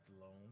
alone